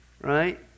Right